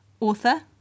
author